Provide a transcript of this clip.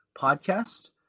Podcast